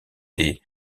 des